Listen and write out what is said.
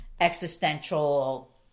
existential